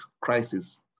crisis